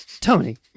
Tony